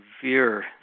severe